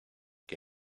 que